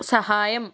సహాయం